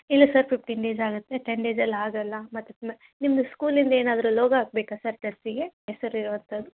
ಇಲ್ಲ sir fifteen days ಆಗುತ್ತೆ ten ಡೇಸಲ್ಲಿ ಆಗೋಲ್ಲ ಮತ್ತು ನಿಮ್ದು ಸ್ಕೂಲಿಂದು ಏನಾದ್ರೂ ಲೋಗೋ ಹಾಕಬೇಕ ಸರ್ ಡ್ರಸ್ಸಿಗೆ ಹೆಸರು ಯಾವುದಾರು